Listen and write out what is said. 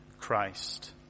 Christ